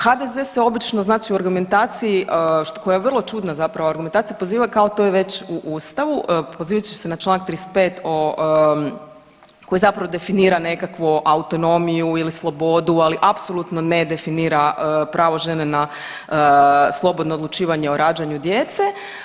HDZ se obično znači u argumentaciji koja je vrlo čudna zapravo argumentacija poziva kao to je već u Ustavu pozivajući se na Članak 35. o, koji zapravo definira nekakvu autonomiju ili slobodu, ali apsolutno ne definira pravo žene na slobodno odlučivanje o rađanju djece.